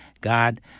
God